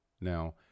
Now